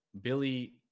billy